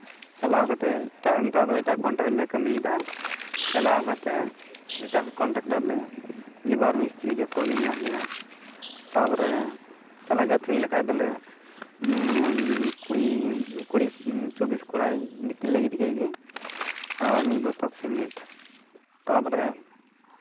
ᱪᱟᱞᱟᱣ ᱠᱟᱛᱮᱫ ᱱᱮᱛᱟᱨ ᱫᱚ ᱮᱴᱟᱜ ᱠᱚᱱᱴᱨᱟᱠᱴᱟᱨ ᱨᱮᱞᱮ ᱠᱟᱹᱢᱤᱭᱮᱫᱟ ᱪᱟᱞᱟᱣ ᱠᱟᱛᱮᱫ ᱮᱴᱟᱜ ᱠᱚᱱᱴᱨᱟᱠᱴᱟᱨ ᱨᱮ ᱞᱮᱵᱟᱨ ᱢᱤᱥᱛᱤᱨᱤ ᱡᱚᱛᱚᱜᱮ ᱢᱮᱱᱟᱜ ᱞᱮᱭᱟ ᱛᱟᱨᱯᱚᱨᱮ ᱛᱟᱞᱟ ᱜᱟᱹᱛᱷᱱᱤ ᱞᱮᱠᱷᱟᱱ ᱫᱚᱞᱮ ᱠᱩᱲᱤ ᱪᱚᱵᱵᱤᱥ ᱠᱚᱲᱟᱭ ᱜᱤᱛᱤᱞ ᱞᱮ ᱜᱤᱰᱤ ᱠᱮᱫ ᱜᱮ ᱟᱨ ᱢᱤᱫ ᱵᱚᱥᱛᱟ ᱥᱤᱢᱮᱴ ᱛᱟᱨᱯᱚᱨᱮ